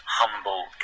humble